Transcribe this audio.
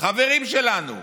חברים שלנו,